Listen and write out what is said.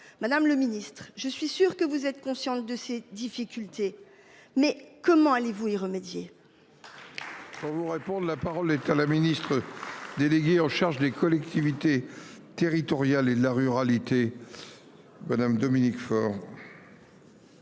Madame le Ministre je suis sûr que vous êtes consciente de ces difficultés. Mais comment allez-vous y remédier. On vous la parole est à la ministre déléguée en charge des collectivités territoriales et de la ruralité. Madame Dominique Faure.